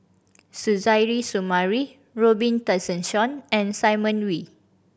Suzairhe Sumari Robin Tessensohn and Simon Wee